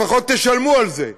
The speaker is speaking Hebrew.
לפחות תשלמו על זה.